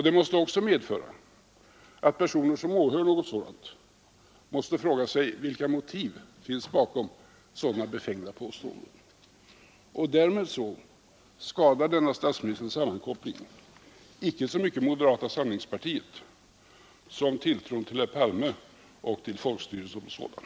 Det medför också att personer som åhör något sådant måste fråga sig vilka motiv som ligger bakom dylika befängda påståenden. Därmed skadar denna sammankoppling inte så mycket moderata samlingspartiet som tilltron till herr Palme och folkstyrelsen som sådan.